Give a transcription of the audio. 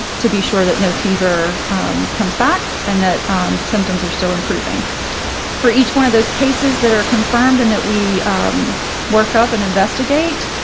to be sure that no fever comes back and that symptoms are still improving for each one of those cases that are confirmed and that we work up and investigate,